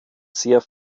sehr